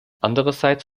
andererseits